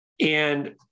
And-